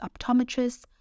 optometrists